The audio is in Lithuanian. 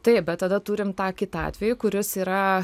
taip bet tada turim tą kitą atvejį kuris yra